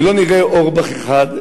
ולא נראה אורבך אחד.